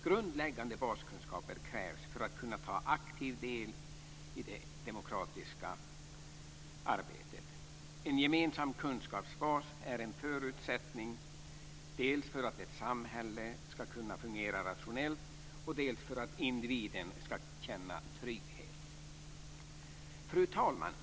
Grundläggande baskunskaper krävs för att kunna ta aktiv del i det demokratiska arbetet. En gemensam kunskapsbas är en förutsättning dels för att ett samhälle ska kunna fungera rationellt, dels för att individen ska känna trygghet. Fru talman!